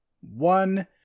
one